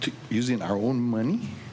to using our own money